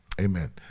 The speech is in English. Amen